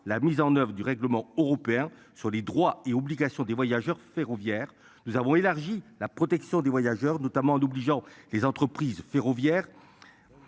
la mise en oeuvre du règlement européen sur les droits et obligations des voyageurs ferroviaires. Nous avons élargi la protection des voyageurs notamment en obligeant les entreprises ferroviaires.